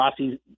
Rossi